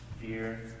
fear